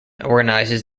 organises